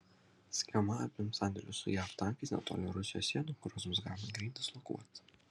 schema apims sandėlius su jav tankais netoli rusijos sienų kuriuos bus galima greit dislokuoti